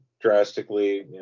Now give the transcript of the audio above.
drastically